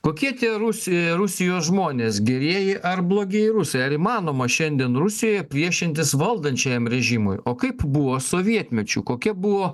kokie tie rusijoj rusijos žmonės gerieji ar blogieji rusai ar įmanoma šiandien rusijoj priešintis valdančiajam režimui o kaip buvo sovietmečiu kokia buvo